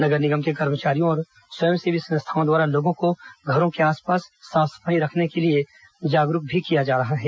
नगर निगम के कर्मचारियों और स्वयंसेवी संस्थाओं द्वारा लोगों को घरों के आस पास साफ सफाई रखने के लिए जागरूक भी किया जा रहा है